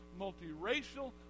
multiracial